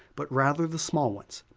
but rather the small ones?